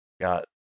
got